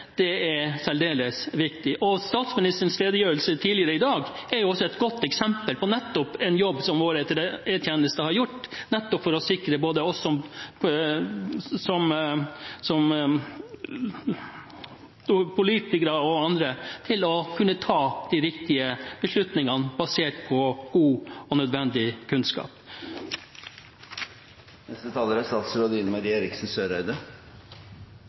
er særdeles viktig. Statsministerens redegjørelse tidligere i dag er et godt eksempel på nettopp en jobb som vår E-tjeneste har gjort for å sikre at både vi som politikere og andre kan ta de riktige beslutningene, basert på god og nødvendig kunnskap. Det er